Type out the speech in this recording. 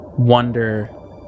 wonder